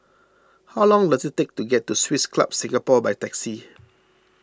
how long does it take to get to Swiss Club Singapore by taxi